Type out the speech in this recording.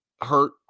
hurt